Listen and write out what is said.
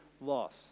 loss